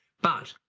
but,